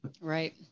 Right